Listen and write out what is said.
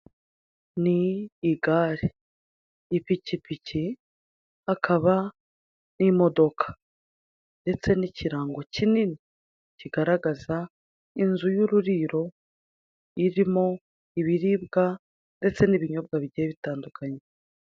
Ni igare, ipikipiki hakaba n'imodoka ndetse n'ikirango kinini kigaragaza inzu y'ururiro irimo ibiribwa ndetse n'ibinyobwa bigiye bitandukanye.